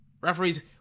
Referees